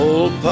Old